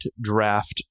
draft